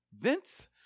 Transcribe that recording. Vince